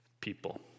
people